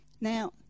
Now